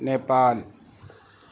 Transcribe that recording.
Nepal